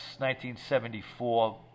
1974